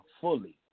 fully